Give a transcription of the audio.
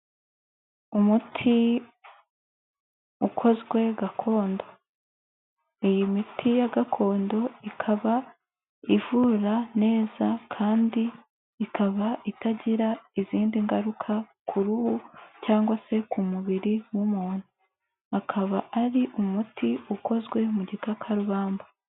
Umuti ukozwe gakondo, iyi miti ya gakondo ikaba ivura neza kandi ikaba itagira izindi ngaruka ku ruhu cyangwa se ku mubiri w'umuntu, akaba ari umuti ukozwe mu gikakarubamba.